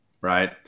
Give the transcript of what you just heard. right